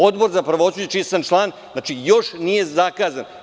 Odbor za pravosuđe, čiji sam član, još nije zakazan.